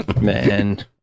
Man